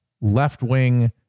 left-wing